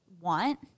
want